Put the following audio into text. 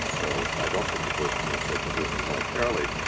so i don't think the bush administration will do anything militarily.